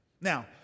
Now